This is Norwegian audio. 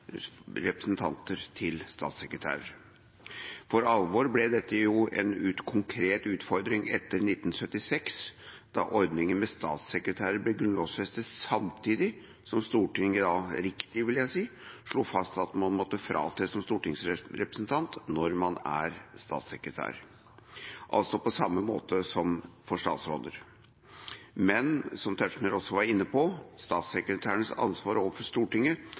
For alvor ble dette en konkret utfordring etter 1976, da ordningen med statssekretærer ble grunnlovfestet samtidig som Stortinget – riktig, vil jeg si – slo fast at man måtte fratre som stortingsrepresentant når man er statssekretær, altså på samme måte som for statsråder. Som Tetzschner også var inne på, statssekretærenes ansvar overfor Stortinget